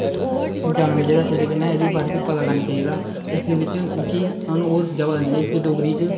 जानना चाहिदा एहदे बारे च पता करना चाहिदा इसदे बिच कि हून ओह् और चीजां पता चलदियां हून डोगरी